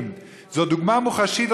זו דוגמה מוחשית,